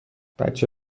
بچه